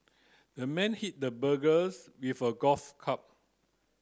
the man hit the burglars with a golf club